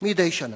מדי שנה,